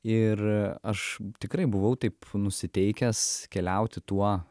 ir aš tikrai buvau taip nusiteikęs keliauti tuo